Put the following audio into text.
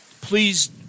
Please